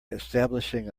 establishing